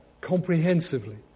comprehensively